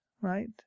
right